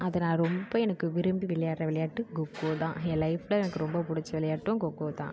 அதை நான் ரொம்ப எனக்கு விரும்பி விளையாடுற விளையாட்டு கொக்கோ தான் என் லைஃப்பில் எனக்கு ரொம்ப பிடிச்ச விளையாட்டும் கொக்கோ தான்